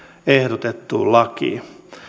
ehdotettuun lakiin